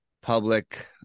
public